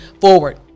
forward